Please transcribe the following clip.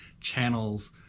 channels